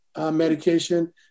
medication